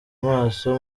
amaso